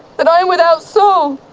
that i'm without soul?